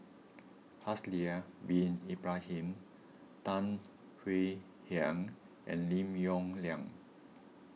Haslir Bin Ibrahim Tan Swie Hian and Lim Yong Liang